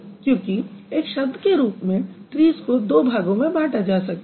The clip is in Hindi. क्योंकि एक शब्द के रूप में ट्रीज़ को दो भागों में बांटा जा सकता है